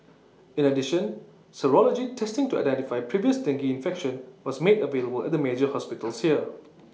in addition serology testing to identify previous dengue infection was made available at the major hospitals here